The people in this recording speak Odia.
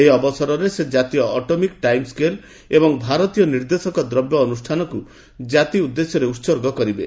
ଏହି ଅବସରରେ ସେ ଜାତୀୟ ଆଟମିକ ଟାଇମ ସ୍କେଲ୍ ଏବଂ ଭାରତୀୟ ନିର୍ଦ୍ଦେଶକ ଦ୍ରବ୍ୟ ଅନୁଷ୍ଠାନକୁ ଜାତି ଉଦ୍ଦେଶ୍ୟରେ ଉତ୍ସର୍ଗ କରିବେ